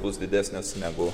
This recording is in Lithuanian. bus didesnis negu